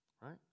Right